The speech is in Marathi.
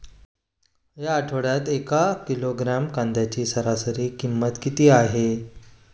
या आठवड्यात एक किलोग्रॅम कांद्याची सरासरी किंमत किती आहे?